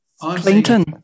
Clinton